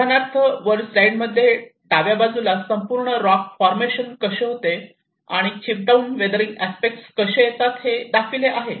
उदाहरणार्थ वर स्लाईड मध्ये डाव्या बाजूला संपूर्ण रॉक फॉर्मेशन कसे होते आणि चीप डाऊन वेदरिंग एक्स्पेक्ट कसे येतात ते दाखविले आहे